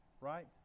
right